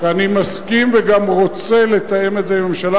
שאני מסכים וגם רוצה לתאם את זה עם הממשלה.